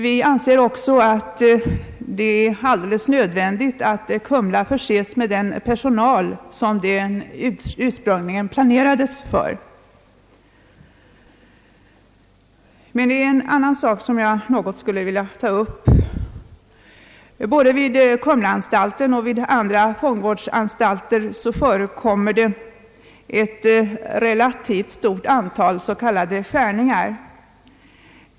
Vi anser också att det är alldeles nödvändigt att Kumla förses med den personal, som den ursprungligen planerades för. Men det är en annan sak som jag kort skulle vilja ta upp. Både vid Kumlaanstalten och vid andra fångvårdsanstalter förekommer ett relativt stort antal s.k. skärningar.